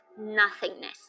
nothingness